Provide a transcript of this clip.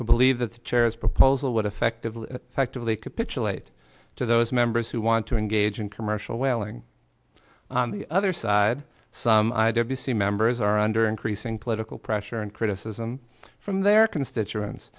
who believe that the chairs proposal would effectively actively capitulate to those members who want to engage in commercial whaling on the other side some ideas you see members are under increasing political pressure and criticism from their constituents